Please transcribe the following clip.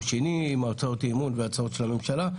שני זה להצעות אמון והצעות של הממשלה.